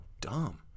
dumb